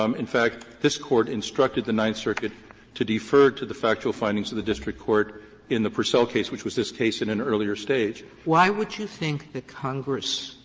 um in fact, this court instructed the ninth circuit to defer to the factual findings of the district court in the purcell case, which was this case in an earlier stage. sotomayor why would you think that congress,